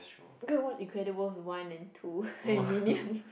go and watch Incredibles One and two and Minions